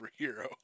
superhero